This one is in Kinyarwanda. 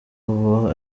ubu